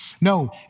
No